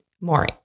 more